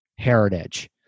heritage